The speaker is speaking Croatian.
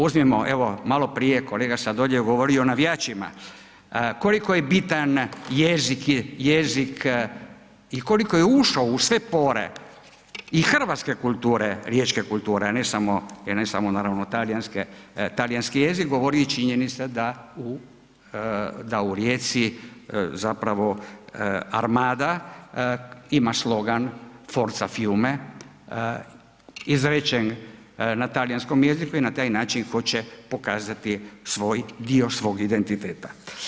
Uzmimo evo, maloprije kolega Sladoljev govorio o navijačima, koliko je bitan jezik i koliko je ušao u sve pore i hrvatske kulture riječke kulture, ne samo naravno talijanske, talijanski jezik i govori i činjenica da u Rijeci zapravo Armada ima slogan Forza fiume izrečen na talijanskom jeziku i na taj način hoće pokazati svoj dio svog identiteta.